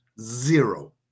Zero